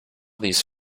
these